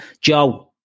joe